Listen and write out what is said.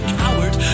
coward